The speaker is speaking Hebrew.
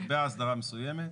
נקבעה הסדרה מסוימת.